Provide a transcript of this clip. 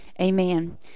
Amen